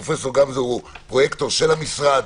פרופ' גמזו הוא פרויקטור של המשרד.